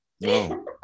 No